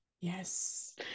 Yes